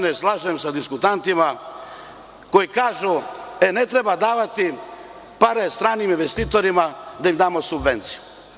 Ne slažem se sa diskutantima koji kažu – ne treba davati pare stranim investitorima, da im damo subvenciju.